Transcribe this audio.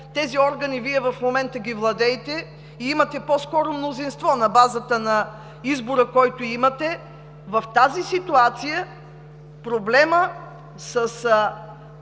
тези органи Вие в момента ги владеете и имате по-скоро мнозинство на базата на избора, който имате, в тази ситуация проблемът с